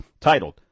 titled